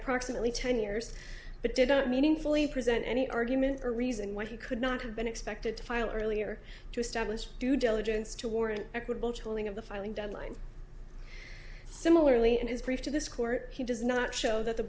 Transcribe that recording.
approximately ten years but didn't meaningfully present any argument or reason why he could not have been expected to file earlier to establish due diligence to warrant equitable tolling of the filing deadline similarly in his brief to this court he does not show that the